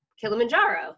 Kilimanjaro